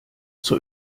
zur